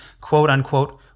quote-unquote